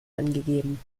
angegeben